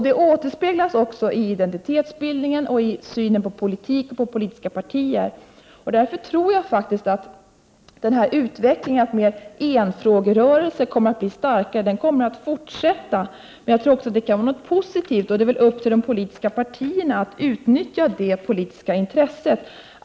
Det återspeglas också i identitetsbildningen och i synen på politik och politiska partier. Därför tror jag att utvecklingen med mer av enfrågerörelser kommer att bli starkare och kommer att fortsätta. Det kan också vara något positivt, och det är upp till de politiska partierna att utnyttja det politiska intresset.